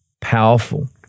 powerful